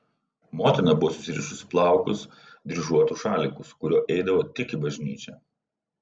motina buvo susirišusi plaukus dryžuotu šaliku su kuriuo eidavo tik į bažnyčią